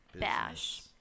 bash